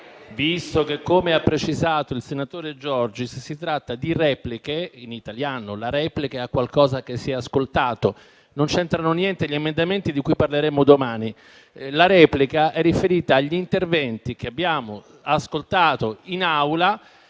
visto che, come ha precisato il senatore Giorgis, si tratta di repliche. In italiano, si replica a qualcosa che si è ascoltato. Non c'entrano niente gli emendamenti, di cui parleremo domani. La replica è riferita agli interventi che abbiamo ascoltato in Aula